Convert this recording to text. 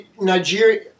Nigeria